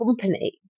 company